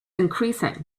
increasing